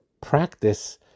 practice